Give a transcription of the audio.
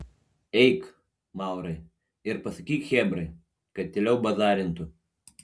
eik maurai ir pasakyk chebrai kad tyliau bazarintų